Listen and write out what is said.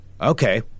Okay